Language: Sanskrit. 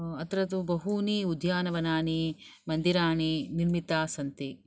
अत्र तु बहुनि उद्यानवनानि मन्दिराणि निर्मिताः सन्ति